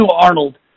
Arnold